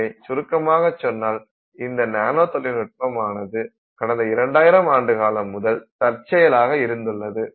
எனவே சுருக்கமாகச் சொன்னால் இந்த நானோ தொழில்நுட்பம் ஆனது கடந்த இரண்டாயிரம் ஆண்டு காலம் முதல் தற்செயலாக இருந்துள்ளது